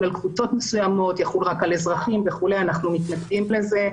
על קבוצות מסוימות ואנחנו מתנגדים לזה.